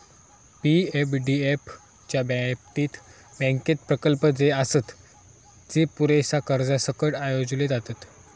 पी.एफडीएफ च्या बाबतीत, बँकेत प्रकल्प जे आसत, जे पुरेशा कर्जासकट आयोजले जातत